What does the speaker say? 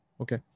Okay